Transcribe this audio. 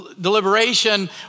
deliberation